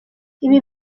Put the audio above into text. ibi